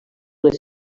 les